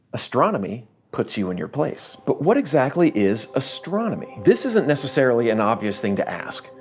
astronomy puts you in your place. but what exactly is astronomy? this isn't necessarily an obvious thing to ask.